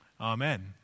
Amen